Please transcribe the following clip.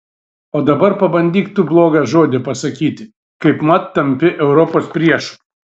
o dar pabandyk tu blogą žodį pasakyti kaipmat tampi europos priešu